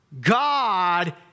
God